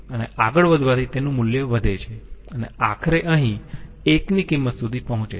અને આગળ વધવાથી તેનું મૂલ્ય વધે છે અને આખરે અહીં 1 ની કિંમત સુધી પહોંચે છે